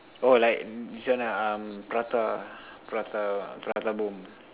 oh like this one ah uh prata prata prata boom